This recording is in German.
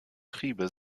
triebe